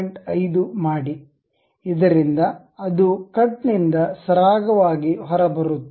5 ಮಾಡಿ ಇದರಿಂದ ಅದು ಕಟ್ ನಿಂದ ಸರಾಗವಾಗಿ ಹೊರಬರುತ್ತದೆ